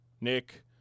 nick